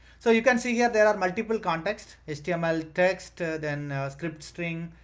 so you can see here, there are multiple contexts, it's html, text, then script string,